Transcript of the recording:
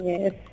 Yes